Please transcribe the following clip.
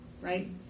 right